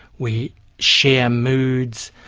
we share moods,